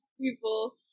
people